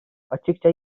açıkça